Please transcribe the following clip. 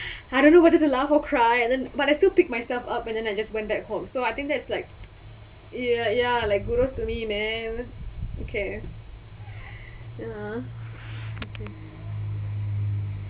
I don't know whether to laugh or cry and then but I still pick myself up and then I just went back home so I think that's like ya ya like kudos to me man okay ya